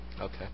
Okay